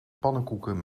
pannenkoeken